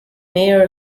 mayor